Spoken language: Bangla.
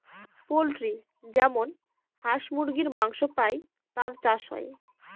পোল্ট্রি যেমন হাঁস মুরগীর মাংস পাই তার চাষ হয়